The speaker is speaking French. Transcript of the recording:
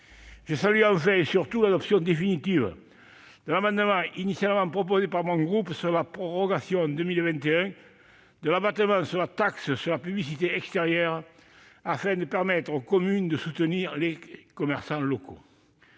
Je salue surtout l'adoption définitive de l'amendement initialement déposé par mon groupe pour proroger en 2021 l'abattement à la taxe locale sur la publicité extérieure, de manière à permettre aux communes de soutenir les commerçants locaux.